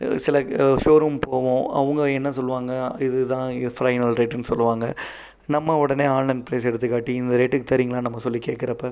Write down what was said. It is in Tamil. சில ஷோரூம் போவோம் அவங்க என்ன சொல்லுவாங்க இது தான் ஃபைனல் ரேட்னு சொல்லுவாங்க நம்ம உடனே ஆன்லைன் பிரைஸ் எடுத்து காட்டி இந்த ரேட்டுக்கு தரீங்களா அப்படினு சொல்லி கேட்குறப்ப